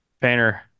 Painter